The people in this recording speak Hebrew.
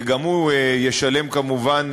גם הוא ישלם, כמובן,